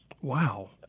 Wow